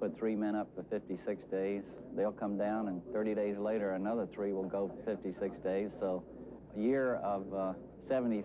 but three men up to fifty six days they'll come down and thirty days later another three will go fifty six days the year of the seventy